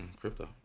crypto